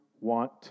want